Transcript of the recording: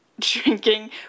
drinking